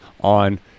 on